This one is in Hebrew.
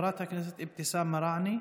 חברת הכנסת אבתיסאם מראענה,